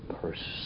person